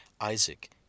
Isaac